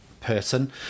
person